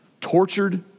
tortured